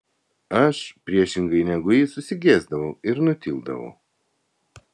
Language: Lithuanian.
aš priešingai negu ji susigėsdavau ir nutildavau